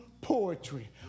poetry